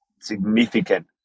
significant